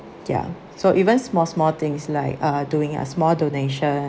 ya so even small small things like uh doing a small donation